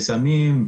בסמים,